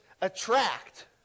attract